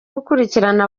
gukurikirana